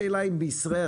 השאלה היא אם בישראל,